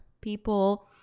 People